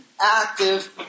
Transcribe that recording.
active